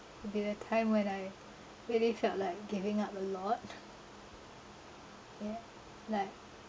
there are time when I really felt like giving up a lot yeah like